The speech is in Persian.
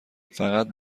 فقط